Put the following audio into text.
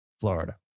Florida